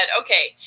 okay